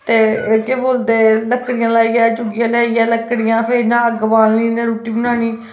ते केह् बोलदे लक्कड़ियां लाइयै चुल्ली लक्कड़ियां लेआइयै इ'यां फिर अग्ग बालनी रुट्टी बनानी